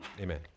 amen